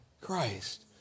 Christ